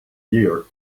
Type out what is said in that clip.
year